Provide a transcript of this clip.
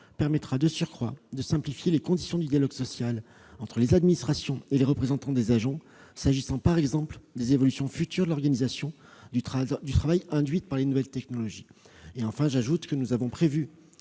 permettra, de surcroît, de simplifier les conditions du dialogue social entre les administrations et les représentants des agents, s'agissant par exemple des évolutions futures de l'organisation du travail induites par les nouvelles technologies. » Enfin, j'ajoute que nous avons prévu